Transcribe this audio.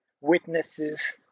witnesses